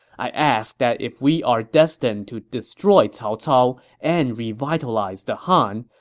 i asked that if we are destined to destroy cao cao and revitalize the han,